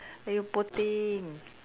!aiyo! poor thing